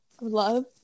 love